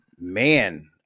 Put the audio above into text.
man